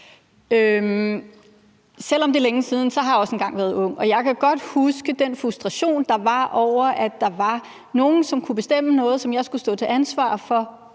Selv om det er længe siden, har jeg også engang været ung, og jeg kan godt huske den frustration, der var over, at der var nogle, som kunne bestemme noget, som jeg skulle stå til ansvar for,